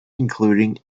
including